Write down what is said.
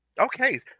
okay